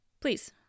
Please